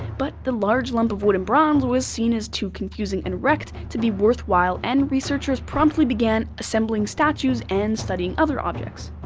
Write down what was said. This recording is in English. but the large lump of wood and bronze was seen as too confusing and wrecked to be worthwhile and researchers promptly began assembling statues and studying other objects.